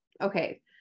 Okay